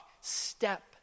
step